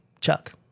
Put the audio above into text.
Chuck